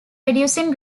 reducing